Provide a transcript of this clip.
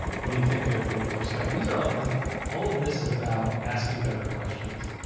when you think of it from the perspective, these are all the, all of this is about asking better questions.